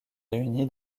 réuni